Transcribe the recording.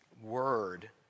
word